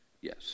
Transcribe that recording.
Yes